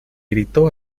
gritó